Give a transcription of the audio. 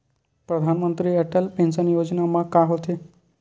परधानमंतरी अटल पेंशन योजना मा का होथे?